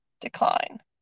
decline